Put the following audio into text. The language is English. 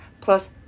plus